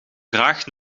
graag